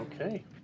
Okay